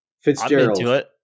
Fitzgerald